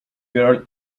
girl